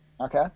Okay